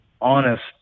honest